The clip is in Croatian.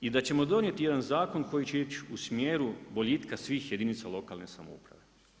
I da ćemo donije ti jedan zakon koji će ići u smjeru boljitka svih jedinica lokalne samouprave.